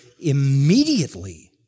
immediately